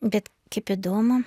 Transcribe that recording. bet kaip įdomu